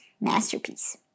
masterpiece